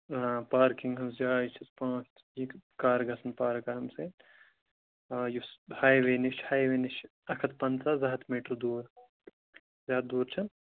ٲں پارکِنٛگ ہِنٛز جاے چھِ پانٛژھ ہِک کارٕ گَژھن پارٕک تَتھ منٛز آ یُس ہاے ویے نِش ہاے ویے نِش اَکھ ہَتھ پنٛژاہ زٕ ہَتھ میٖٹَر دوٗر زیادٕ دوٗر چھُنہٕ